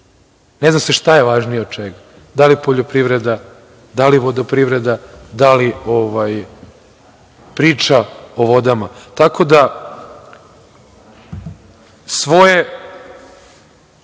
ne zna se šta je važnije od čega, da li poljoprivreda, da li vodoprivreda, da li priča o vodama, tako da svoje